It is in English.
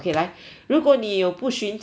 如果你有不寻常的